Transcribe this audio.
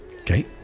Okay